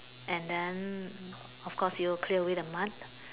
and then of course you'll clear away the mud